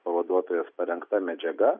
pavaduotojos parengta medžiaga